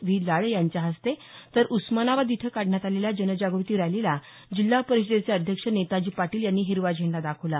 V Lale यांच्या हस्ते तर उस्मानाबाद इथं काढण्यात आलेल्या जनजाग़ती रॅलीला जिल्हा परिषदेचे अध्यक्ष नेताजी पाटील यांनी हिरवा झेंडा दाखवला